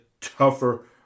tougher